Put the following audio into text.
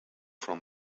from